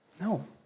No